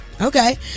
Okay